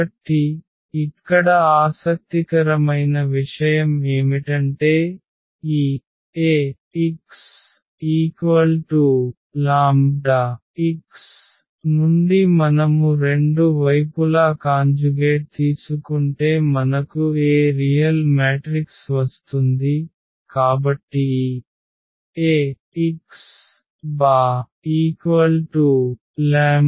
కాబట్టి ఇక్కడ ఆసక్తికరమైన విషయం ఏమిటంటే ఈ Axλx నుండి మనము రెండు వైపులా కాంజుగేట్ తీసుకుంటే మనకు A రియల్ మ్యాట్రిక్స్ వస్తుంది కాబట్టి ఈ Axx